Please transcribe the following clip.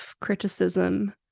criticism